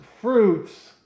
fruits